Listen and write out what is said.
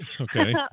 Okay